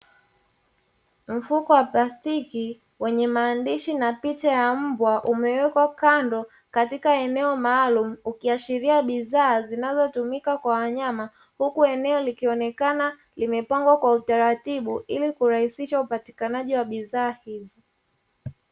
Mfuko wa plastiki wenye maandishi na picha ya mbwa umewekwa kando katika eneo maalumu ukiashiria bidhaa zinazotumika kwa wanyama, huku eneo likionekana limepangwa kwa utaratibu ili kurahisisha upatikanaji wa bidhaa hizo.